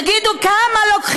תודה